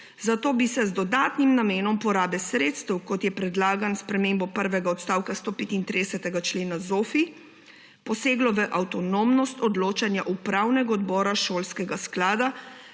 zato bi se z dodatnim namenom porabe sredstev, kot je predlagan s spremembo prvega odstavka 135. člena ZOFVI, poseglo v avtonomnost odločanja upravnega odbora šolskega sklada,